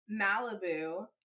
Malibu